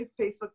Facebook